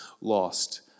lost